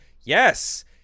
Yes